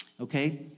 Okay